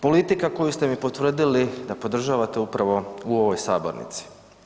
Politika koju ste mi potvrdili da podržavate upravo u ovoj sabornici.